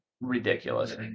ridiculous